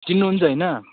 चिन्नुहुन्छ होइन